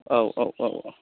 औ औ